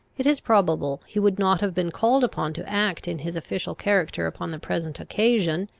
it is probable he would not have been called upon to act in his official character upon the present occasion,